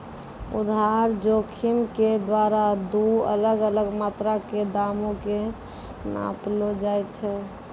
आधार जोखिम के द्वारा दु अलग अलग मात्रा के दामो के नापलो जाय छै